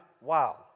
wow